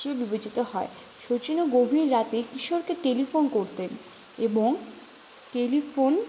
হিসেবে বিবেচিত হয় শচিনও গভীর রাতে কিশোরকে টেলিফোন করতেন এবং টেলিফোন